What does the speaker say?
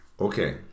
Okay